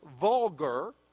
vulgar